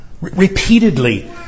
repeatedly